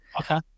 Okay